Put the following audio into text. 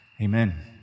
Amen